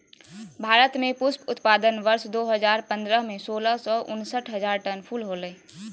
भारत में पुष्प उत्पादन वर्ष दो हजार पंद्रह में, सोलह सौ उनसठ हजार टन फूल होलय